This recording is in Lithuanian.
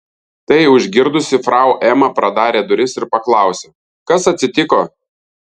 tai užgirdusi frau ema pradarė duris ir paklausė kas atsitiko